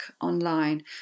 online